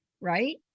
Right